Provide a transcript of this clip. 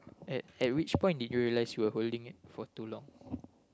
at which point did you realize you are holding for too long